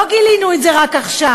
לא גילינו את זה רק עכשיו.